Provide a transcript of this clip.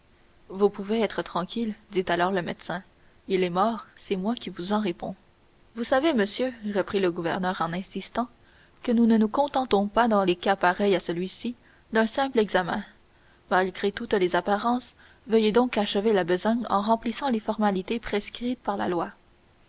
vous pouvez être tranquille dit alors le médecin il est mort c'est moi qui vous en réponds vous savez monsieur reprit le gouverneur en insistant que nous ne nous contentons pas dans les cas pareils à celui-ci d'un simple examen malgré toutes les apparences veuillez donc achever la besogne en remplissant les formalités prescrites par la loi